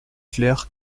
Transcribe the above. clair